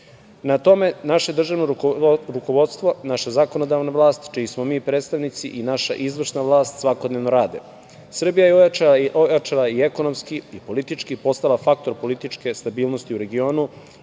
tome naše državno rukovodstvo, naša zakonodavna vlast, čiji smo mi predstavnici, i naša izvršna vlast svakodnevno rade. Srbija je ojačala i ekonomski i politički, postala faktor političke stabilnosti u regionu